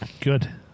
Good